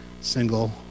single